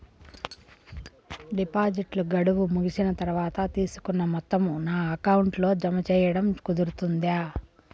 డిపాజిట్లు గడువు ముగిసిన తర్వాత, తీసుకున్న మొత్తం నా అకౌంట్ లో జామ సేయడం కుదురుతుందా?